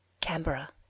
Canberra